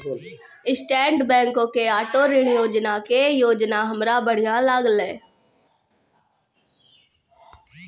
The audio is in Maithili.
स्टैट बैंको के आटो ऋण योजना के योजना हमरा बढ़िया लागलै